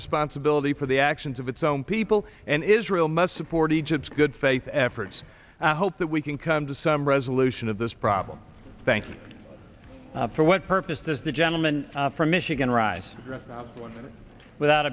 responsibility for the actions of its own people and israel must support egypt's good faith efforts hope that we can come to some resolution of this problem thanks for what purpose does the gentleman from michigan arise one without